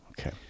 Okay